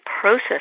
process